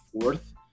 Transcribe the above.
fourth